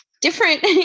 different